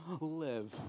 live